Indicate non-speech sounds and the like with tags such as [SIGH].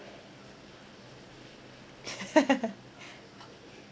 [LAUGHS]